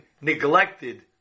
neglected